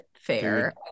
fair